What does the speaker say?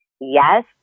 yes